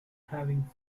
having